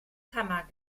kammer